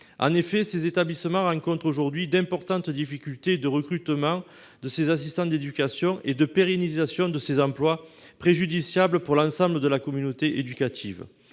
En effet, ces établissements rencontrent aujourd'hui d'importantes difficultés de recrutement de ces assistants d'éducation et de pérennisation de ces emplois, préjudiciables pour l'ensemble de la communauté éducative.